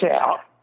out